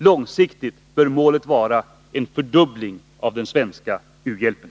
Långsiktigt bör målet vara en fördubbling av den svenska u-hjälpen.